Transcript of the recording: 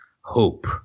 hope